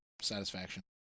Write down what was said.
satisfaction